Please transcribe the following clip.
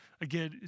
Again